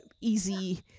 easy